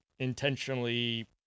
Intentionally